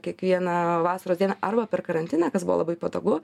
kiekvieną vasaros dieną arba per karantiną kas buvo labai patogu